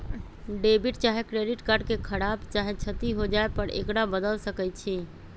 debit चाहे credit card के खराप चाहे क्षति हो जाय पर एकरा बदल सकइ छी